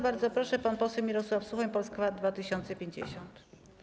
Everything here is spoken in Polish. Bardzo proszę, pan poseł Mirosław Suchoń, Polska 2050.